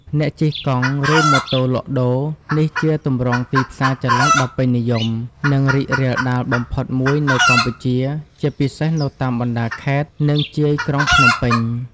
អ្នកជិះកង់ ឬ ម៉ូតូលក់ដូរ នេះជាទម្រង់ទីផ្សារចល័តដ៏ពេញនិយម និងរីករាលដាលបំផុតមួយនៅកម្ពុជា ជាពិសេសនៅតាមបណ្ដាខេត្ត និងជាយក្រុងភ្នំពេញ។